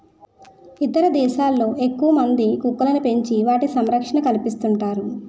ఇతర దేశాల్లో ఎక్కువమంది కుక్కలను పెంచి వాటికి సంరక్షణ కల్పిస్తుంటారు